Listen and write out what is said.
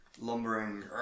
lumbering